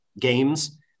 games